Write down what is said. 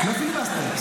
מה פיליבסטר?